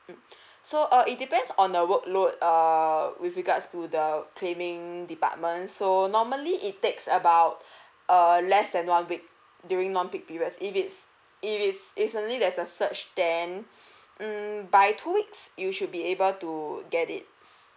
mm so err it depends on the work load err with regards to the claiming department so normally it takes about err less than one week during non peak periods if it's if it's it's only there's a surge then hmm by two weeks you should be able to get it